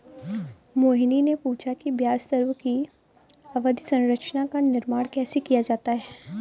मोहिनी ने पूछा कि ब्याज दरों की अवधि संरचना का निर्माण कैसे किया जाता है?